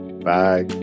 Bye